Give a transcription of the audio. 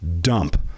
dump